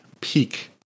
peak